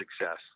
success